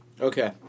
Okay